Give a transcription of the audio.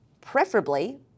preferably